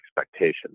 expectations